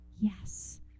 yes